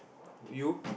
you